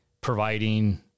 providing